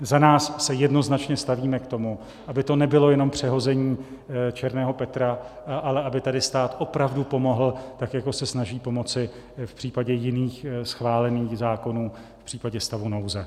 Za nás se jednoznačně stavíme k tomu, aby to nebylo jenom přehození černého Petra, ale aby tady stát opravdu pomohl, tak jako se snaží pomoci v případě jiných schválených zákonů v případě stavu nouze.